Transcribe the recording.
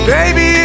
Baby